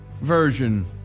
version